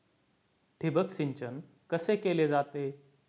ठिबक सिंचन कसे केले जाते?